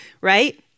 Right